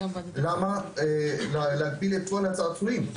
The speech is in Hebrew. למה להגביל את כל הצעצועים?